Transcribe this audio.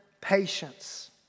patience